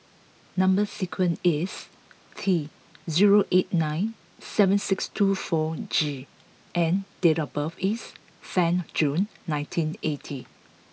number sequence is T zero eight nine seven six two four G and date of birth is ten June nineteen eighty